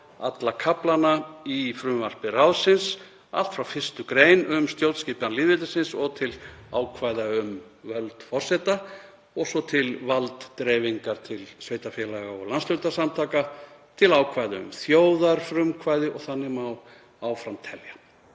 alla kaflana í frumvarpi ráðsins, allt frá 1. gr., um stjórnskipan lýðveldisins, og til ákvæða um völd forseta, til ákvæða um valddreifingu til sveitarfélaga og landshlutasamtaka, til ákvæða um þjóðarfrumkvæði og þannig má áfram telja.